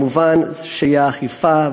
מובן שתהיה אכיפה,